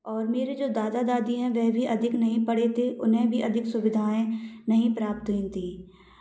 और मेरे जो दादा दादी हैं वह भी अधिक नहीं पढ़े थे उन्हें भी अधिक सुविधाएं नहीं प्राप्त हुई थी